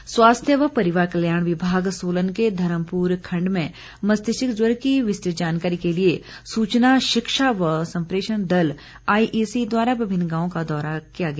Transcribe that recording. दौरा स्वास्थ्य व परिवार कल्याण विभाग सोलन के धर्मपुर खंड में मस्तिष्क ज्वर की विस्तृत जानकारी के लिए सूचना शिक्षा व संप्रेषण दल आईईसी द्वारा विभिन्न गांवों का दौरा किया किया गया